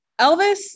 Elvis